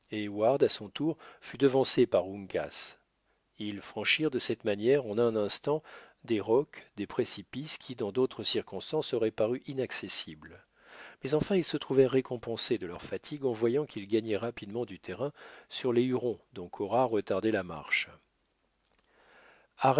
à son tour fut devancé par ang ils franchirent de cette manière en un instant des rocs des précipices qui dans d'autres circonstances auraient paru inaccessibles mais enfin ils se trouvèrent récompensés de leurs fatigues en voyant qu'ils gagnaient rapidement du terrain sur les hurons dont cora retardait la marche